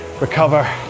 recover